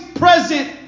present